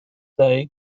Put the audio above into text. day